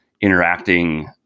interacting